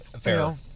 fair